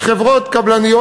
חברות קבלניות.